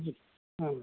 ए